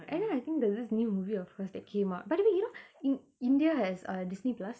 and then I think there's this new movie of her's that came out by the way you know in india has uh disney plus